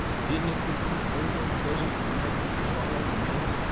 didn't it become colder? doesn't night follow night?